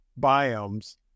biomes